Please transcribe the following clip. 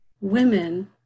women